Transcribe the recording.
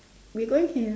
we going ya